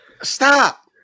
Stop